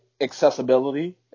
accessibility